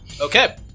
Okay